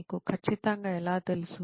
మీకు ఖచ్చితంగా ఎలా తెలుసు